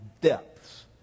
depths